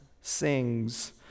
sings